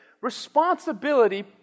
Responsibility